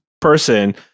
person